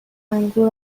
انگور